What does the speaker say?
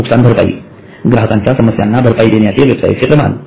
नुकसानभरपाई ग्राहकांच्या समस्यांना भरपाई देण्याचे वेबसाइटचे प्रमाण